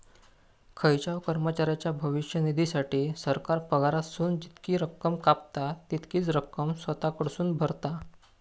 खायच्याव कर्मचाऱ्याच्या भविष्य निधीसाठी, सरकार पगारातसून जितकी रक्कम कापता, तितकीच रक्कम स्वतः कडसून भरता